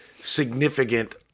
significant